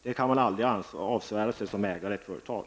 Det ansvaret kan en ägare av ett företag inte frånsvära sig.